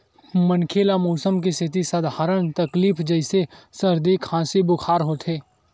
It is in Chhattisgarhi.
मनखे ल मउसम के सेती सधारन तकलीफ जइसे सरदी, खांसी, बुखार होथे